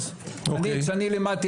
אני רוצה להגיד,